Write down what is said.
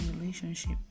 relationship